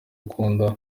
ukunda